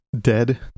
Dead